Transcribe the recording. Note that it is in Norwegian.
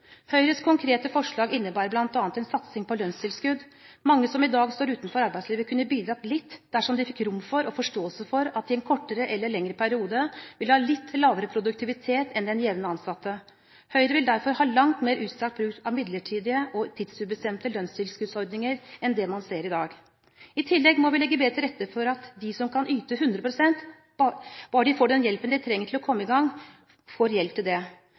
Høyres konkrete forslag innebærer bl.a. en satsing på lønnstilskudd. Mange som i dag står utenfor arbeidslivet, kunne bidratt litt dersom de fikk rom til og forståelse for at de i en kortere eller lengre periode ville ha litt lavere produktivitet enn den jevne ansatte. Høyre vil derfor ha langt mer utstrakt bruk av midlertidige og tidsubestemte lønnstilskuddsordninger enn det man ser i dag. I tillegg må vi legge bedre til rette for at de som kan yte 100 pst. bare de får den hjelpen de trenger for å komme i gang, får